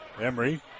Emery